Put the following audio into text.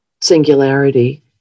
singularity